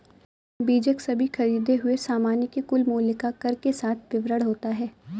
बीजक सभी खरीदें हुए सामान के कुल मूल्य का कर के साथ विवरण होता है